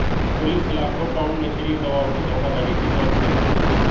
police लाखों pound नशीली दवाओं की धोखाधड़ी की जांच कर रही है